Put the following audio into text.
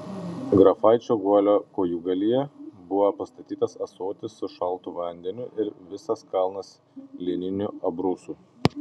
grafaičio guolio kojūgalyje buvo pastatytas ąsotis su šaltu vandeniu ir visas kalnas lininių abrūsų